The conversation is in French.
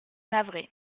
navré